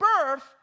birth